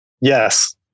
yes